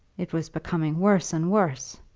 it was becoming worse and worse.